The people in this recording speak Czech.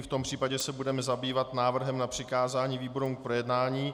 V tom případě se budeme zabývat návrhem na přikázání výborům k projednání.